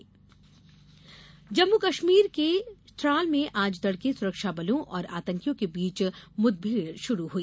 कश्मीर मुठभेड़ जम्मू कश्मीर के त्राल में आज तड़के सुरक्षाबलों और आतंकियों के बीच मुठभेड़ शुरू हुई